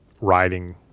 riding